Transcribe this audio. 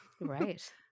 Right